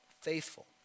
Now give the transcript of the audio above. faithful